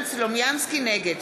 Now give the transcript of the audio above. סלומינסקי, נגד